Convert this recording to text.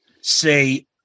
Say